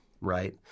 right